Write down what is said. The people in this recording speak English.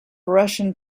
russian